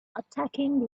attacking